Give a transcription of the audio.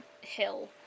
hill